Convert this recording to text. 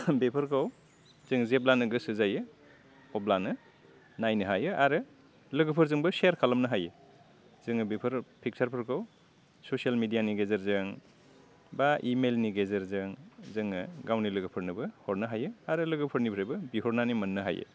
बेफोरखौ जों जेब्लानो गोसो जायो अब्लानो नायनो हायो आरो लोगोफोरजोंबो सेयार खालामनो हायो जोङो बेफोर फिकसारफोरखौ ससियेल मिडियानि गेजेरजों बा इमेलनि गेजेरजों जोङो गावनि लोगोफोरनोबो हरनो हायो आरो लोगोफोरनिफ्रायबो बिहरनानै मोननो हायो